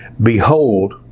Behold